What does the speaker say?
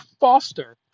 foster